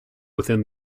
within